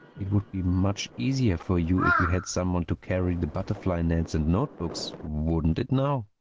it would be much easier for you if you had someone to carry the butterfly-nets and note-books. wouldn't it now?